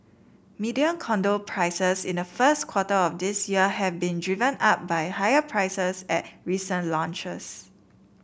median condo prices in the first quarter of this year have been driven up by higher prices at recent launches